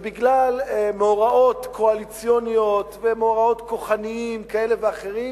בגלל מאורעות קואליציוניים ומאורעות כוחניים כאלה ואחרים,